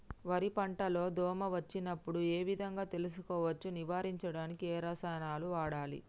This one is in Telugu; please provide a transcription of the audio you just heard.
వరి పంట లో దోమ వచ్చినప్పుడు ఏ విధంగా తెలుసుకోవచ్చు? నివారించడానికి ఏ రసాయనాలు వాడాలి?